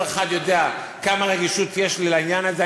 כל אחד יודע כמה רגישות יש לי לעניין הזה.